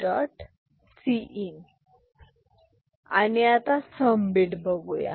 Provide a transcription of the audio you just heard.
Cin आणि आता सम बीट बघूया